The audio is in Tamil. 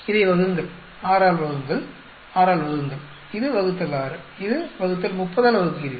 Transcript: இதை வகுங்கள் ÷ 6 ÷ 6 இது ÷ 6 இது ÷ 30 ஆல் வகுக்கிறீர்கள்